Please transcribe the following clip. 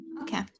Okay